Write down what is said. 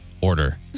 order